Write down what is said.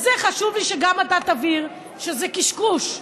חשוב לי שגם אתה תבהיר שזה קשקוש.